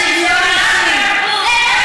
לשוויון נשים,